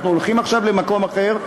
אנחנו הולכים עכשיו למקום אחר,